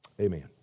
Amen